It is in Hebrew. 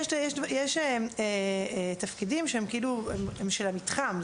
יש תפקידים שהם של המתחם,